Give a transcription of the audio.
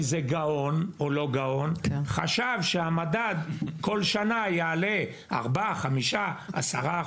איזה גאון או לא גאון חשב שהמדד כל שנה יעלה בארבע או חמישה או 10%,